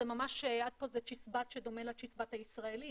זה ממש עד פה זה צ'יזבט שדומה לצ'יזבט הישראלי,